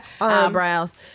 Eyebrows